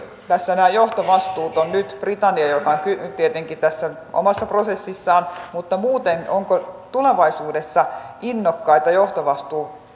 tässä nämä johtovastuut ovat nyt britannialla joka on tietenkin tässä omassa prosessissaan mutta onko muuten tulevaisuudessa innokkaita johtovastuun